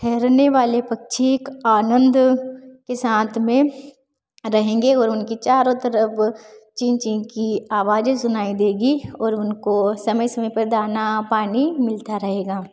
ठहरने वाले पक्षी एक आनंद के साथ में रहेंगे और उनकी चारों तरफ चीं चीं की आवाजें सुनाईं देगी और उनको समय समय पर दाना पानी मिलता रहेगा